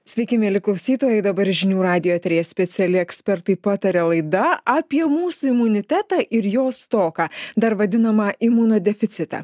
sveiki mieli klausytojai dabar žinių radijo eteryje speciali ekspertai pataria laida apie mūsų imunitetą ir jo stoką dar vadinamą imunodeficitą